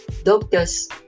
Doctors